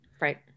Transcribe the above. Right